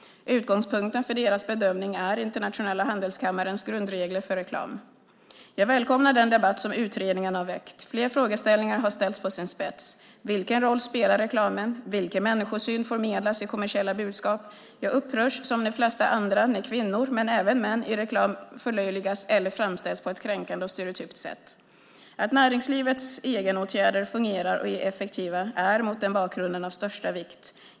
Utgångspunkten för deras bedömning är Internationella handelskammarens, ICC:s, grundregler för reklam. Jag välkomnar den debatt som utredningen har väckt. Flera frågeställningar har ställts på sin spets. Vilken roll spelar reklamen? Vilken människosyn förmedlas i kommersiella budskap? Jag upprörs som de flesta andra när kvinnor, men även män, i reklam förlöjligas eller framställs på ett kränkande eller stereotypt sätt. Att näringslivets egenåtgärder fungerar och är effektiva är mot den bakgrunden av största vikt.